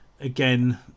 again